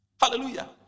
Hallelujah